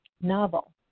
novel